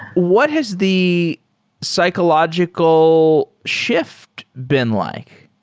what has the psychological shift been like?